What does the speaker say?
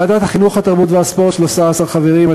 ועדת החינוך, התרבות והספורט, 13 חברים.